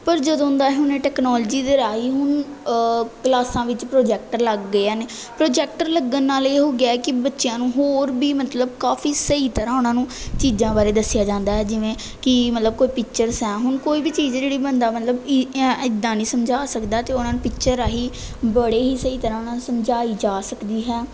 ਪਰ ਜਦੋਂ ਦਾ ਹੁਣ ਟੈਕਨੋਲਜੀ ਦੇ ਰਾਹੀਂ ਹੁਣ ਕਲਾਸਾਂ ਵਿੱਚ ਪ੍ਰੋਜੈਕਟਰ ਲੱਗ ਗਏ ਹਨ ਪ੍ਰੋਜੈਕਟਰ ਲੱਗਣ ਨਾਲ ਇਹ ਹੋ ਗਿਆ ਹੈ ਕਿ ਬੱਚਿਆਂ ਨੂੰ ਹੋਰ ਵੀ ਮਤਲਬ ਕਾਫ਼ੀ ਸਹੀ ਤਰ੍ਹਾਂ ਉਨ੍ਹਾਂ ਨੂੰ ਚੀਜ਼ਾਂ ਬਾਰੇ ਦੱਸਿਆ ਜਾਂਦਾ ਹੈ ਜਿਵੇਂ ਕਿ ਮਤਲਬ ਕੋਈ ਪਿਚਰਸ ਹੈ ਹੁਣ ਕੋਈ ਵੀ ਚੀਜ਼ ਆ ਜਿਹੜੀ ਬੰਦਾ ਮਤਲਬ ਈ ਐ ਇੱਦਾਂ ਨਹੀਂ ਸਮਝਾ ਸਕਦਾ ਤਾਂ ਉਨ੍ਹਾਂ ਨੂੰ ਪਿਚਰ ਰਾਹੀਂ ਬੜੇ ਹੀ ਸਹੀ ਤਰ੍ਹਾਂ ਨਾਲ ਸਮਝਾਈ ਜਾ ਸਕਦੀ ਹੈ